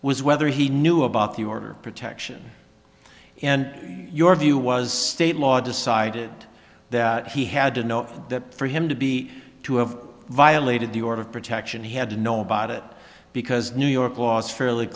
was whether he knew about the order of protection and your view was state law decided that he had to know that for him to be to have violated the order of protection he had to know about it because new york law is fairly